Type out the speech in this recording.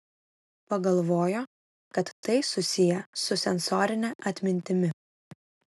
pagalvojo kad tai susiję su sensorine atmintimi